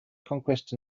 conquest